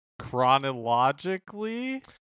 chronologically